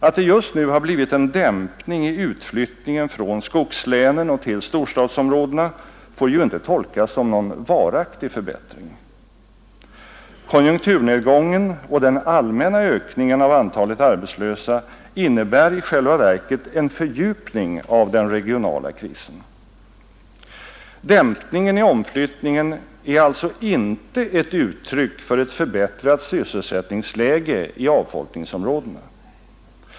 Att det just nu blivit en dämpning i utflyttningen från skogslänen och till storstadsområdena får ju inte tolkas som någon varaktig förbättring. Konjunkturnedgången och den allmänna ökningen av antalet arbetslösa innebär i själva verket en fördjupning av den regionala krisen. Dämpningen i omflyttningen är inte ett uttryck för ett förbättrat sysselsättningsläge i avfolkningsområdena.